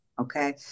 Okay